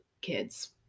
kids